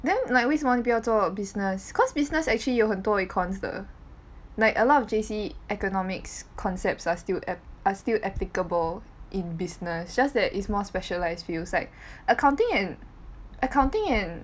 then like 为什么你不要做 business cause business actually 有很多 econs 的 like a lot of J_C economics concepts are still are still applicable in business just that is more specialised fields like accounting in accounting in